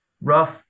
rough